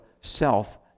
self